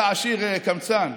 הוא היה עשיר קמצן.